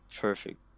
Perfect